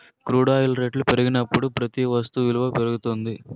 crude oil రేట్లు పెరిగినప్పుడు ప్రతి వస్తు విలువ పెరుగుతుంది